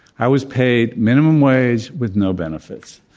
i was paid minimum wage with no benefits.